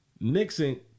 Nixon